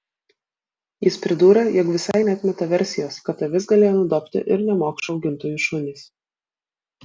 jis pridūrė jog visai neatmeta versijos kad avis galėjo nudobti ir nemokšų augintojų šunys